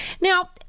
Now